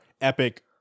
epic